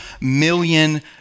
million